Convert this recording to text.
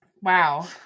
wow